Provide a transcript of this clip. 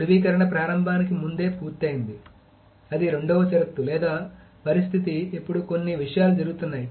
ధ్రువీకరణ ప్రారంభానికి ముందే పూర్తయింది అది రెండవ షరతు లేదా పరిస్థితి ఇప్పుడు కొన్ని విషయాలు జరుగుతున్నాయి